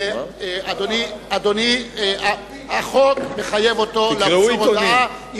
אדוני, החוק מחייב אותו למסור הודעה.